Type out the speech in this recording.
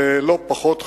ולא פחות חמור,